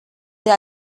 del